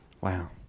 Wow